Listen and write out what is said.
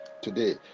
today